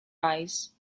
eyes